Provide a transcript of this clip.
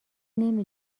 نمی